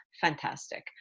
fantastic